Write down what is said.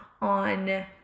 on